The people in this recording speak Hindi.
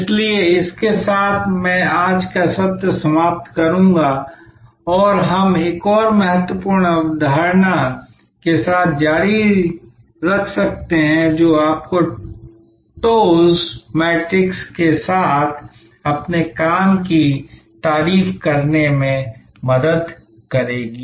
इसलिए इसके साथ मैं आज का सत्र समाप्त करूंगा और हम एक और महत्वपूर्ण अवधारणा के साथ जारी रख सकते हैं जो आपको TOWS मैट्रिक्स के साथ अपने काम की तारीफ करने में मदद करेगी